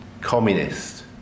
communist